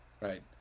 right